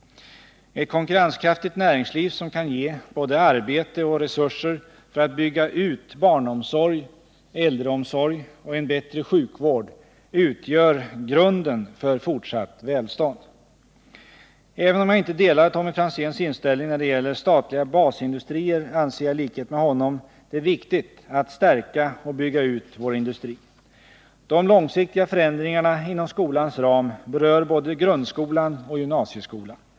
Ett konkurrenskraftigt näringsliv som kan ge både arbete och resurser för att bygga ut barnomsorg, äldreomsorg och en bättre sjukvård utgör grunden för fortsatt välstånd. Även om jag inte delar Tommy Franzéns inställning när det gäller statliga basindustrier anser jag i likhet med honom att det är viktigt att stärka och bygga ut vår industri. De långsiktiga förändringarna inom skolans ram berör både grundskolan och gymnasieskolan.